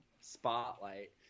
spotlight